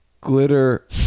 glitter